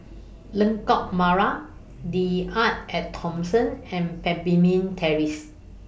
Lengkok Merak The Arte At Thomson and Terrace